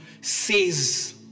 says